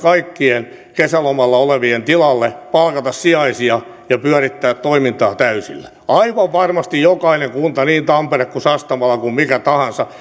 kaikkien kesälomalla olevien tilalle palkata sijaisia ja pyörittää toimintaa täysillä aivan varmasti jokainen kunta niin tampere sastamala kuin mikä tahansa